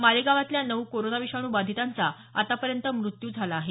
मालेगावातल्या नऊ कोरोना विषाणू बाधितांचा आतापर्यंत मृत्यू झाला आहे